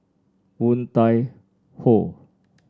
Woon Tai Ho